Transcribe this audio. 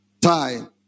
time